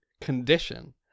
condition